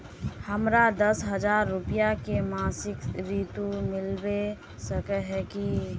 हमरा दस हजार रुपया के मासिक ऋण मिलबे सके है की?